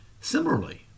Similarly